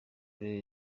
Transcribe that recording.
ray